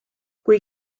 kui